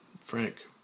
Frank